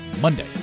Monday